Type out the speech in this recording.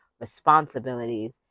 responsibilities